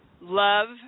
love